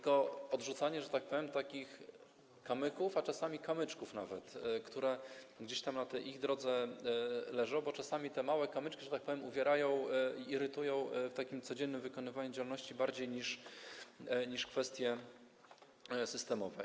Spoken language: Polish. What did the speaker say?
Chodzi też o odrzucanie, że tak powiem, takich kamyków, a czasami nawet kamyczków, które gdzieś tam na tej ich drodze leżą, bo czasami te małe kamyczki, że tak powiem, uwierają i irytują w takim codziennym wykonywaniu działalności bardziej niż kwestie systemowe.